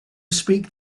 speak